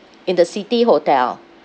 in the city hotel